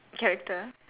character